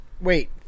Wait